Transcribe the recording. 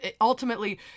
ultimately